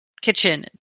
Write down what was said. kitchen